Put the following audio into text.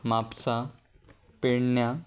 म्हापसा पेडण्या